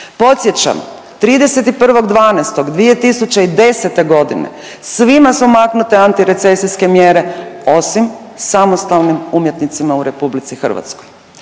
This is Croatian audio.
Podsjećam, 31. 12. 2010. godine svima su maknute antirecesijske mjere osim samostalnim umjetnicima u Republici Hrvatskoj.